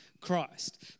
Christ